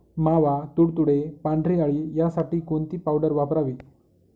मावा, तुडतुडे, पांढरी अळी यासाठी कोणती पावडर वापरावी?